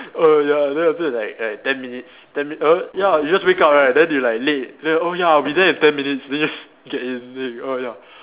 err ya then after that like like ten minutes ten err ya you just wake up right then they're like late they oh ya I'll be there in ten minutes minutes then you s~ get in it oh ya